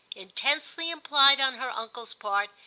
intensely implied on her uncle's part,